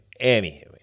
Anywho